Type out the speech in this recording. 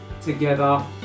together